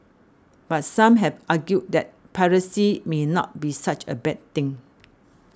but some have argued that piracy may not be such a bad thing